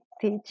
teach